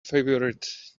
favorite